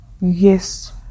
yes